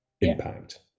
impact